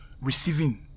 receiving